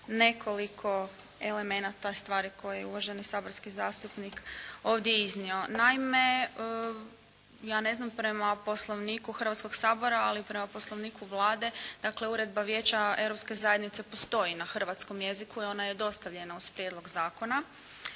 nekoliko elemenata, stvari koje je uvaženi saborski zastupnik ovdje iznio. Naime, ja ne znam prema Poslovniku Hrvatskog sabora, ali prema Poslovniku Vlade, dakle Uredba Vijeća Europske zajednice postoji na hrvatskom jeziku i ona je dostavljena uz prijedlog zakona.